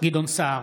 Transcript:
גדעון סער,